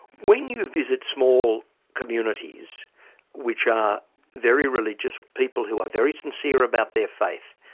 when you visit small communities which are very religious, people who are very sincere about their faith,